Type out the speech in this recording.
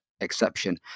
exception